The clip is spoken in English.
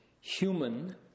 human